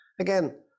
again